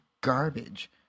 garbage